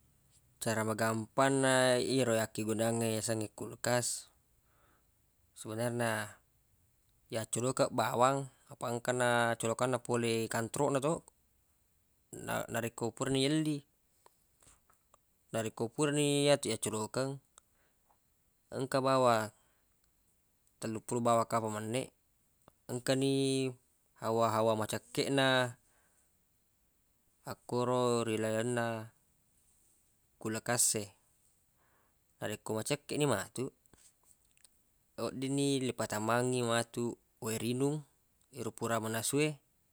Cara magampanna yero yakkegunangnge yasengnge kulkas sebenarna yaccolokeng bawang apaq engka na colokanna pole kantoroq na to na- narekko pura ni yelli narekko purani yatuq yaccolokeng engka bawang telluppulo bawang kanpang menneq engka ni hawa-hawa macekkeq na akkoro ri lalenna kulkas e narekko macekkeq ni matu weddinni le patamangngi matu we rinung yeru pura manasu e.